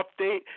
update